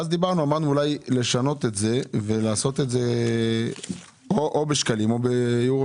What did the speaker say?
אז דיברנו אולי לשנות את זה ולעשות את זה או בשקלים או ביורו.